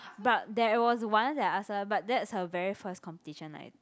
but there was once that I ask her but that's her very first competition like